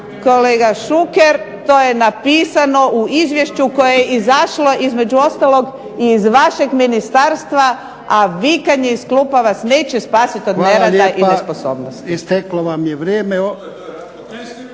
kolega Šuker. To je napisano u izvješću koje je izašlo između ostalog i iz vašeg ministarstva a vikanje iz klupa vas neće spasiti od nerada i nesposobnosti. **Jarnjak, Ivan (HDZ)** Hvala lijepa.